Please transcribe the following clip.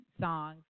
songs